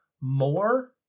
more